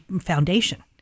foundation